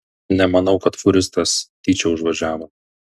nemanau kad fūristas tyčia užvažiavo